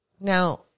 Now